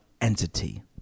entity